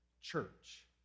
church